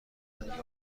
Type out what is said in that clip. میگذارند